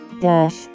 dash